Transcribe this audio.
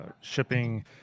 shipping